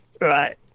Right